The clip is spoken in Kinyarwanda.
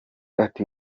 ati